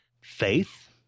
faith